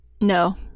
No